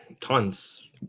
tons